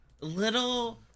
Little